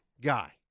guy